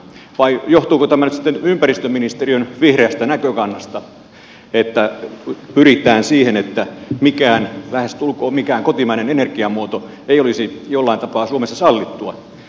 vai johtuuko tämä nyt sitten ympäristöministeriön vihreästä näkökannasta että pyritään siihen että mikään lähestulkoon mikään kotimainen energiamuoto ei olisi jollain tapaa suomessa sallittua